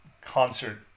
concert